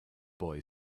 boy